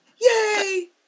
Yay